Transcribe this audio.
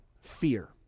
fear